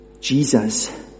Jesus